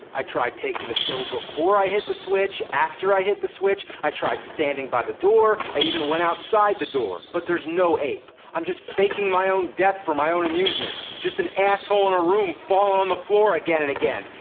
i tried taking the pill before i hit the switch, after i hit the switch. i tried standing by the door, i even went outside the door, but there's no ape. i'm just faking my own death for my own amusement. just an asshole in a room on the floor again and again.